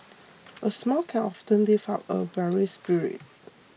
a smile can often lift up a weary spirit